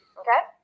okay